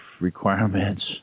requirements